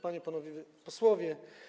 Panie i Panowie Posłowie!